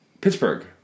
Pittsburgh